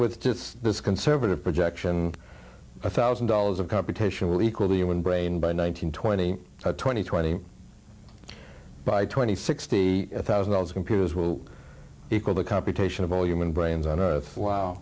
with just this conservative projection a thousand dollars of computation will equal the human brain by nine hundred twenty twenty twenty by twenty sixty thousand dollars computers will equal the computation of all human brains on earth wow